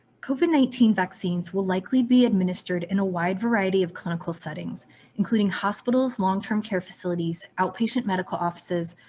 covid nineteen vaccines will likely be administered in wide variety of clinical settings including hospitals, long-term care facilities, outpatient medical offices,